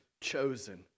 chosen